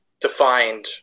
defined